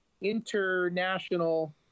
international